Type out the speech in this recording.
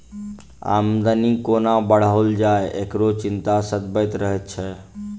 आमदनी कोना बढ़ाओल जाय, एकरो चिंता सतबैत रहैत छै